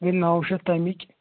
گٔے نَو شَتھ تَمِکۍ